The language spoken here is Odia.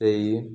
ସେ